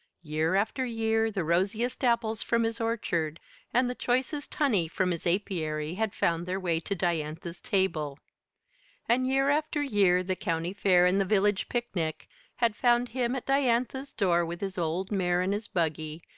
year after year the rosiest apples from his orchard and the choicest honey from his apiary had found their way to diantha's table and year after year the county fair and the village picnic had found him at diantha's door with his old mare and his buggy,